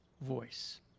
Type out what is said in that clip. voice